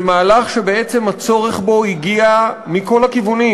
זה מהלך שבעצם הצורך בו הגיע מכל הכיוונים: